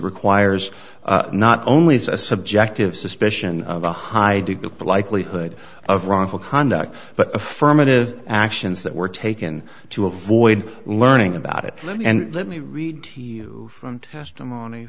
requires not only it's a subjective suspicion of a high degree of likelihood of wrongful conduct but affirmative actions that were taken to avoid learning about it let me and let me read to you from testimony